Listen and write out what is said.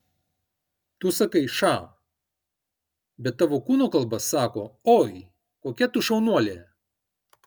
tu sakai ša bet tavo kūno kalba sako oi kokia tu šaunuolė